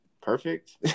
perfect